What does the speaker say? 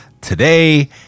Today